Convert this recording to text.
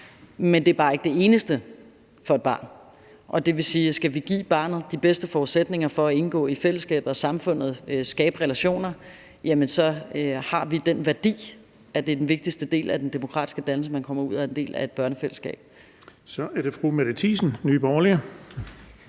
Men det er bare ikke det eneste for et barn. Og det vil sige, at hvis vi skal give barnet de bedste forudsætninger for at indgå i fællesskabet og samfundet, skabe relationer, jamen så har vi den værdi, at det er den vigtigste del af den demokratiske dannelse, at barnet kommer ud og er en del af et børnefællesskab. Kl. 18:04 Den fg. formand